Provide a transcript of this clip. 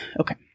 Okay